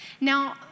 Now